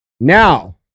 Now